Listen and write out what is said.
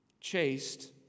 chaste